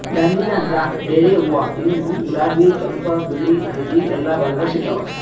dahlia ಅಂದ್ರ ಡೇರೆ ಹೂವಾ ಇವ್ನು ಗುಲಾಬಿ ಕೆಂಪ್ ಬಿಳಿ ಹಳ್ದಿ ಎಲ್ಲಾ ಬಣ್ಣದಾಗ್ ಸಿಗ್ತಾವ್